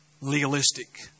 legalistic